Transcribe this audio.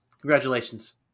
Congratulations